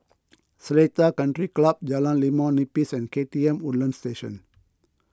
Seletar Country Club Jalan Limau Nipis and K T M Woodlands Station